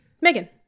Megan